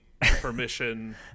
permission